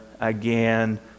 again